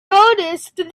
noticed